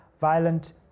violent